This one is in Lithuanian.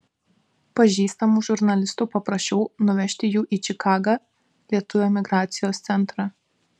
pažįstamų žurnalistų paprašiau nuvežti jų į čikagą lietuvių emigracijos centrą